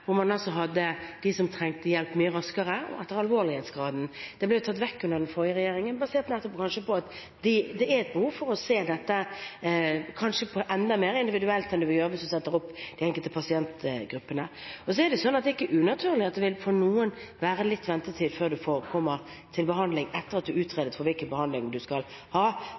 ble tatt vekk under den forrige regjeringen, kanskje nettopp basert på at det er et behov for å se på dette enda mer individuelt enn man vil gjøre hvis man setter opp de enkelte pasientgruppene. Men det er ikke unaturlig at det for noen vil være litt ventetid før man kommer til behandling, etter at man er utredet for hvilken behandling man skal ha.